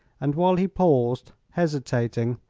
and while he paused, hesitating,